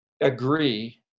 agree